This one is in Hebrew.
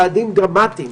ט"ו בשבט,